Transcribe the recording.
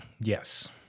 Yes